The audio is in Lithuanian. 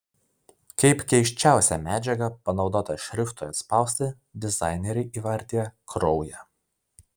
kaip keisčiausią medžiagą panaudotą šriftui atspausti dizaineriai įvardija kraują